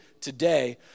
today